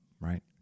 right